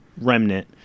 remnant